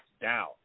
down